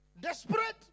desperate